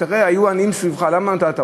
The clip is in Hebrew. תראה, היו עניים סביבך, למה לא נתת?